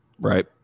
right